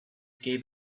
gave